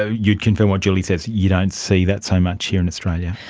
ah you would confirm what julie says, you don't see that so much here in australia?